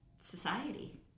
society